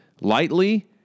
lightly